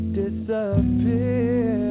disappear